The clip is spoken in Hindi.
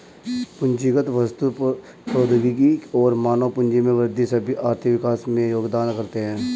पूंजीगत वस्तु, प्रौद्योगिकी और मानव पूंजी में वृद्धि सभी आर्थिक विकास में योगदान करते है